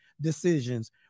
decisions